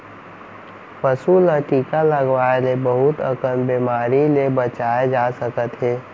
पसू ल टीका लगवाए ले बहुत अकन बेमारी ले बचाए जा सकत हे